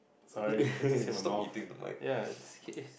sorry it's just in my mouth ya it's